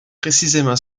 précisément